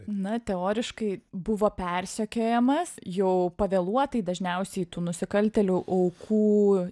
na teoriškai buvo persekiojamas jau pavėluotai dažniausiai tų nusikaltėlių aukų